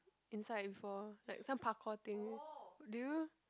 inside before like some parkour thing do you